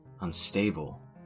unstable